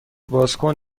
بازکن